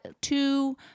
two